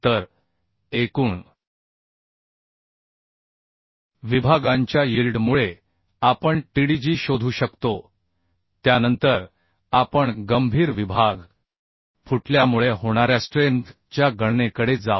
तर एकूण विभागांच्या यिल्ड मुळे आपण TDGशोधू शकतो त्यानंतर आपण क्रिटिकल विभाग फुटल्यामुळे होणाऱ्या स्ट्रेंथच्या गणनेकडे जाऊ